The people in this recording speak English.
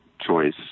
choice